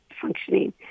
functioning